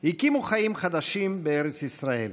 הקימו חיים חדשים בארץ ישראל.